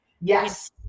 Yes